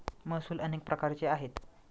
महसूल अनेक प्रकारचे आहेत